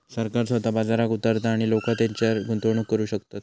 सरकार स्वतः बाजारात उतारता आणि लोका तेच्यारय गुंतवणूक करू शकतत